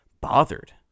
bothered